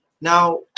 now